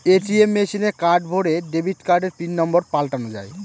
ATM মেশিনে card ভোরে debit কার্ডের পিন নম্বর পাল্টানো যায়